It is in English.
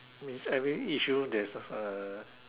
means every issue there is a